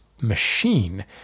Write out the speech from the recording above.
machine